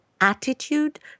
attitude